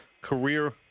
Career